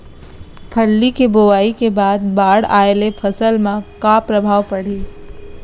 फल्ली के बोआई के बाद बाढ़ आये ले फसल मा का प्रभाव पड़ही?